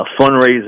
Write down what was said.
fundraising